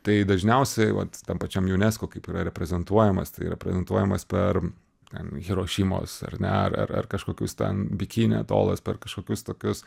tai dažniausiai vat tam pačiam unesco kaip yra reprezentuojamas tai yra pratentuojamas per ten hirošimos ar ne ar ar kažkokius ten bikini atolas per kažkokius tokius